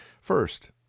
First